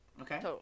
okay